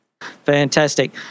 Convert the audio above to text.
Fantastic